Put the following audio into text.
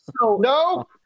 No